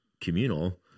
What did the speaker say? communal